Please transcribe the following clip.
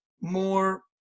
more